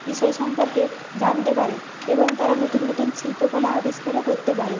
বিষয় সম্পর্কে জানতে পারে এবং তারা নতুন নতুন শিল্পকলা আবিষ্কারও করতে পারে